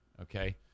okay